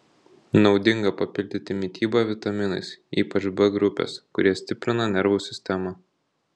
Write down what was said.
naudinga papildyti mitybą vitaminais ypač b grupės kurie stiprina nervų sistemą